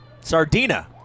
Sardina